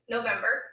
November